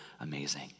amazing